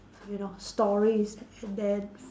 you know stories and and then